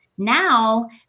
Now